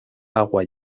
agua